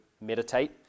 meditate